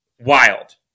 wild